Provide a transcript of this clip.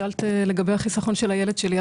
שאלת לגבי החיסכון של הילד שלי.